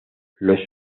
los